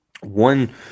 One